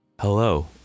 Hello